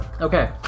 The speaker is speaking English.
Okay